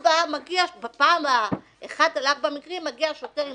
4. אחת לארבעה מקרים מגיע שוטר עם